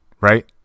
right